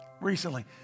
Recently